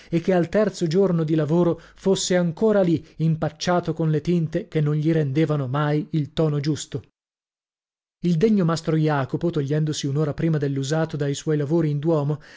e che al terzo giorno di lavoro fosse ancora lì impacciato con le tinte che non gli rendevano mai il tono giusto il degno mastro jacopo togliendosi un'ora prima dell'usato dai suoi lavori in duomo